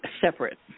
separate